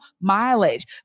mileage